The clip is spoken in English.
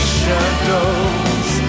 shadows